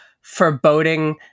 foreboding